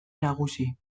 nagusi